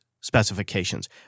specifications